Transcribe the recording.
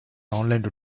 online